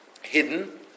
hidden